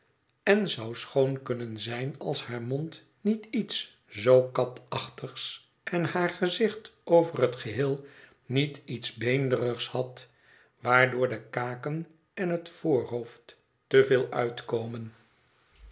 en zou schoon kunnen zijn als haar mond niet iets zoo katachtigs en haar gezicht over het geheel niet iets beenderigs had waardoor de kaken en het voorhoofd te veel uitkomen